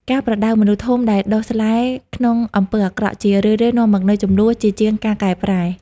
ការប្រដៅមនុស្សធំដែលដុះស្លែក្នុងអំពើអាក្រក់ ជារឿយៗនាំមកនូវជម្លោះជាជាងការកែប្រែ។